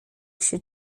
się